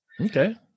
Okay